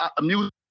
Music